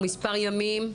או מספר ימים,